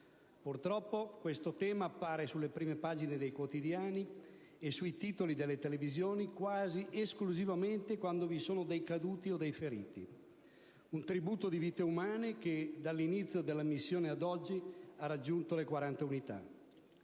Purtroppo, questo tema appare sulle prime pagine dei quotidiani e sui titoli delle televisioni quasi esclusivamente quando vi sono caduti o feriti. Un tributo di vite umane che, dall'inizio della missione ad oggi, ha raggiunto le 40 unità.